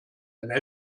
ein